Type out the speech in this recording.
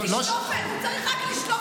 לנו יש אמון בכנסת, גם בך,